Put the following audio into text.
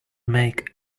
make